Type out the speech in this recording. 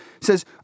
says